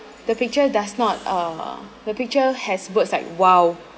the picture does not uh the picture has words like !wow!